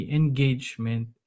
engagement